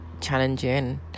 challenging